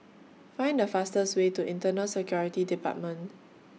Find The fastest Way to Internal Security department